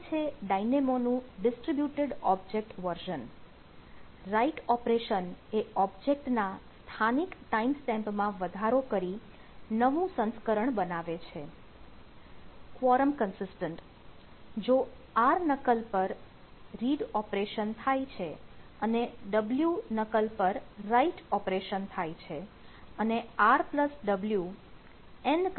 આગળ છે ડાયનેમોનું distributed object version write operation એ ઓબ્જેક્ટ ના સ્થાનિક ટાઈમ સ્ટેમ્પ માં વધારો કરી નવું સંસ્કરણ બનાવે છે